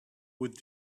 with